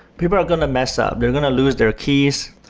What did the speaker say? people are going to mess up. they're going to lose their keys.